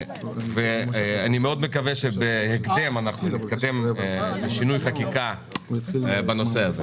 אני מאוד מקווה שהדברים יבשילו לכדי שינוי חקיקה בנושא הזה.